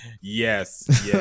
Yes